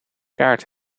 kaart